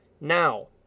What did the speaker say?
Now